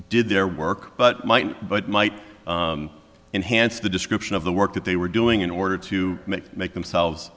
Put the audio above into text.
did their work but might but might enhance the description of the work that they were doing in order to make make themselves